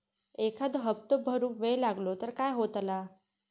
एखादो हप्तो भरुक वेळ लागलो तर काय होतला?